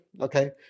okay